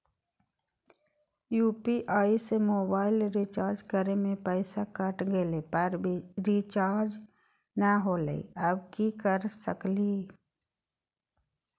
UPI से mobile recharge करे में पैसा कट गेलई, पर रिचार्ज नई होलई, अब की कर सकली हई?